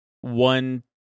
one